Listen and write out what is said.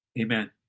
Amen